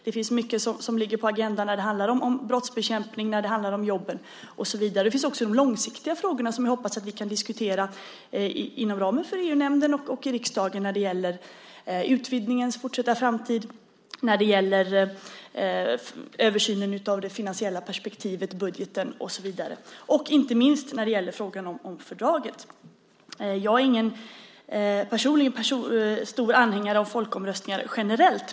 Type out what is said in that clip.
Det finns mycket som ligger på agendan när det handlar om brottsbekämpning och jobben. Det finns också de långsiktiga frågorna som jag hoppas att vi kan diskutera inom ramen för EU-nämnden och i riksdagen när det gäller utvidgningens fortsatta framtid, översynen av det finansiella perspektivet, budgeten och så vidare. Inte minst gäller det frågan om fördraget. Jag är personligen ingen stor anhängare av folkomröstningar generellt.